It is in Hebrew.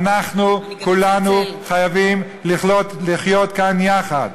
אנחנו כולנו חייבים לחיות כאן יחד.